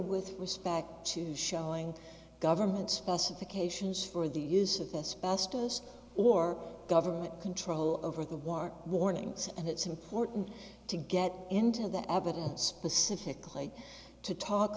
with respect to showing government specifications for the use of this past us or government control over the war warnings and it's important to get into that habit and specifically to talk